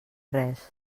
res